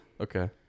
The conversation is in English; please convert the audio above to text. Okay